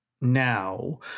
now